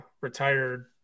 retired